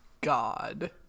God